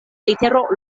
litero